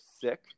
sick